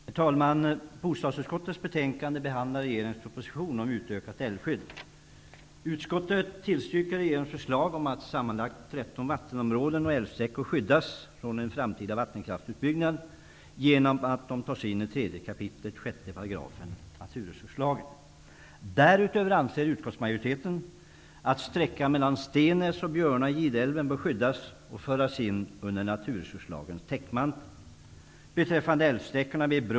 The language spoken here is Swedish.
Herr talman! I bostadsutskottets betänkande behandlas regeringens proposition om utökat älvskydd. Utskottet tillstyrker regeringens förslag om att sammanlagt 13 vattenområden och älvsträckor skall skyddas från en framtida vattenkraftsutbyggnad genom att de tas in i Därutöver anser utskottsmajoriteten att sträckan mellan Stennäs och Björna i Gideälven bör skyddas och föras in under naturresurslagens täckmantel.